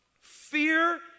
Fear